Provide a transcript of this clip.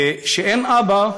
וכשאין אבא,